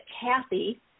Kathy